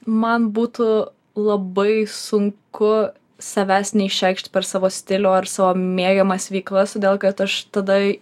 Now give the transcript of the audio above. man būtų labai sunku savęs neišreikšti per savo stilių ar savo mėgiamas veiklas todėl kad aš tada